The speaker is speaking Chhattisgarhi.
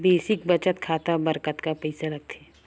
बेसिक बचत खाता बर कतका पईसा लगथे?